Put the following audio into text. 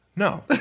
No